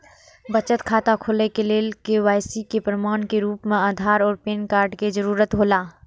बचत खाता खोले के लेल के.वाइ.सी के प्रमाण के रूप में आधार और पैन कार्ड के जरूरत हौला